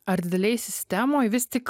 ar didelėj sistemoj vis tik